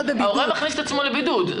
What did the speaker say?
ההורה מכניס את עצמו לבידוד.